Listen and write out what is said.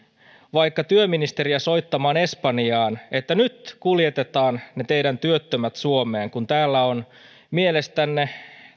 vaikka työministeriä soittamaan espanjaan että nyt kuljetetaan ne teidän työttömänne suomeen kun täällä on mielestänne